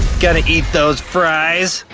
gonna eat those fries?